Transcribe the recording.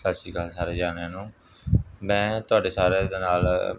ਸਤਿ ਸ਼੍ਰੀ ਅਕਾਲ ਸਾਰੇ ਜਣਿਆਂ ਨੂੰ ਮੈਂ ਤੁਹਾਡੇ ਸਾਰਿਆਂ ਦੇ ਨਾਲ